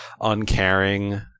uncaring